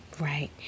Right